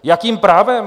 Jakým právem?